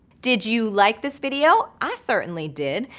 did you like this video? i certainly did.